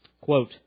Quote